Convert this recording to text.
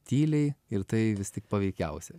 tyliai ir tai vis tik paveikiausia